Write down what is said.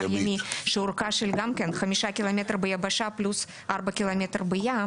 ימי שאורכו 5 ק"מ ביבשה פלוס 4 ק"מ בים,